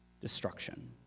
destruction